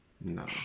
No